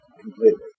completely